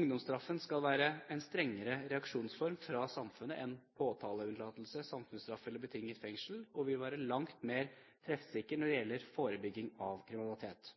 Ungdomsstraffen skal være en strengere reaksjonsform fra samfunnet enn påtaleunnlatelse, samfunnsstraff eller betinget fengsel, og vil være langt mer treffsikker når det gjelder forebygging av kriminalitet.